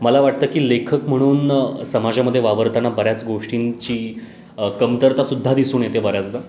मला वाटतं की लेखक म्हणून समाजामध्ये वावरताना बऱ्याच गोष्टींची कमतरतासुद्धा दिसून येते बऱ्याचदा